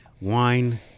wine